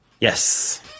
Yes